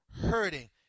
hurting